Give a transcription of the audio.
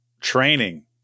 training